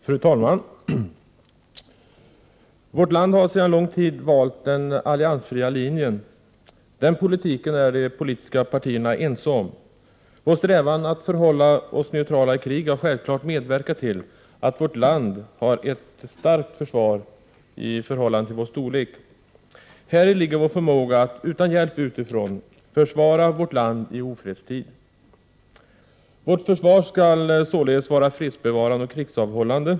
Fru talman! Vårt land har sedan lång tid valt den alliansfria linjen. Den politiken är de politiska partierna ense om. Vår strävan att förhålla oss neutrala i krig har självfallet medverkat till att vårt land har ett starkt försvar i förhållande till sin storlek. Häri ligger vår förmåga att, utan hjälp utifrån, försvara vårt land i ofredstid. 21 Vårt försvar skall således vara fredsbevarande och krigsavhållande.